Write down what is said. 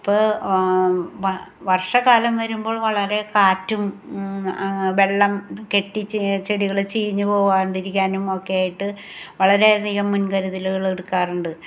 ഇപ്പോൾ വർഷ കാലം വരുമ്പോൾ വളരെ കാറ്റും വെള്ളം കെട്ടി ചെടികൾ ചീഞ്ഞ് പോവാണ്ടിരിക്കാനുമൊക്കെ ആയിട്ട് വളരെ അധികം മുൻ കരുതലുകൾ എടുക്കാറുണ്ട്